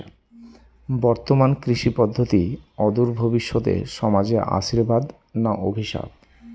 বর্তমান কৃষি পদ্ধতি অদূর ভবিষ্যতে সমাজে আশীর্বাদ না অভিশাপ?